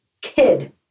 kid